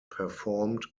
performed